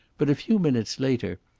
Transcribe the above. but a few minutes later,